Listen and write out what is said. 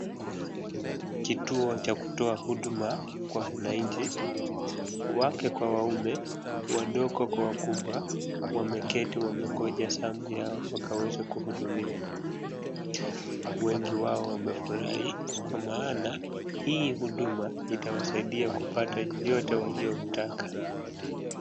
Kituo cha kutoa huduma kwa wananchi. Wake kwa waume, wadogo kwa wakubwa wameketi wamegonja zamu yao wakaweze kuhudumiwa. Wengi wao wamefurahi kwa maaana hii huduma itawasaidia kupata yoyote walioitaka.